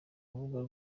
rubuga